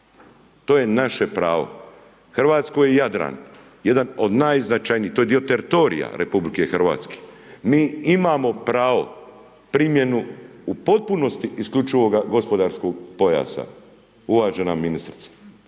to je naše pravo. Hrvatskoj je Jadran jedan od najznačajnijih, to je dio teritorija Republike Hrvatske, mi imamo pravo primjenu u potpuno isključivoga gospodarskog pojasa, uvažena ministrice.